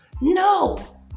No